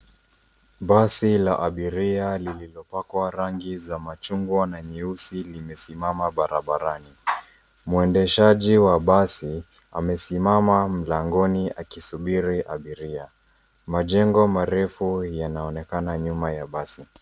Basi la abiria lililopakwa rangi za machungwa na nyeusi limesimama barabarani. Mwendeshaji wa basi amesimama mlangoni akisubiri abiria. Majengo marefu yanaonekana nyuma ya basi.